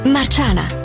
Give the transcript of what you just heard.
Marciana